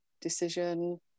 decision